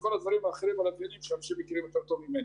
וכל הדברים האחרים שיש כאלה שמכירים יותר טוב ממני.